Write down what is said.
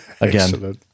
again